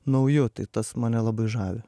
nauju tai tas mane labai žavi